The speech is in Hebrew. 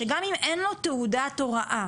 שגם אם אין לו תעודת הוראה,